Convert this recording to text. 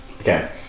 okay